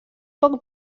poc